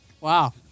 Wow